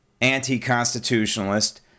anti-constitutionalist